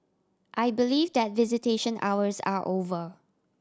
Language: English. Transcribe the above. I believe that visitation hours are over